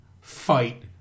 fight